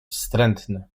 wstrętny